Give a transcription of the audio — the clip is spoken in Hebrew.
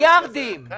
אנחנו